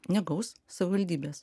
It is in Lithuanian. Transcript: negaus savivaldybės